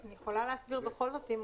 אני יכולה להסביר בכל זאת.